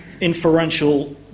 inferential